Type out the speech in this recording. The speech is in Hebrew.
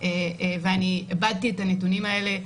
ואני עיבדתי את הנתונים האלה,